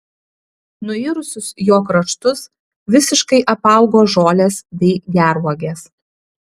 nuirusius jo kraštus visiškai apaugo žolės bei gervuogės